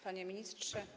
Panie Ministrze!